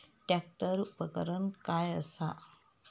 Tractor उपकरण काय असा?